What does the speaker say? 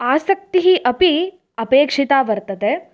आसक्तिः अपि अपेक्षिता वर्तते